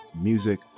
music